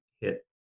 hit